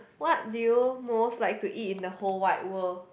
what do you most like to eat in the whole wide world